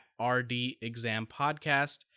rdexampodcast